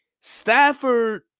Stafford